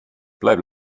bleib